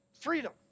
freedom